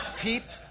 peep?